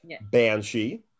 Banshee